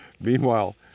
Meanwhile